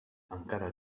encara